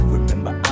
Remember